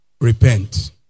Repent